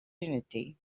identity